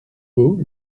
beau